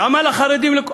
למה לחרדים?